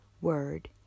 word